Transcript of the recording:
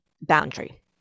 boundary